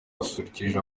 yasusurukije